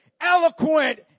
eloquent